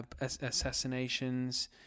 assassinations